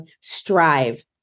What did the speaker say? strive